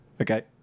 Okay